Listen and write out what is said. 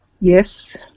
yes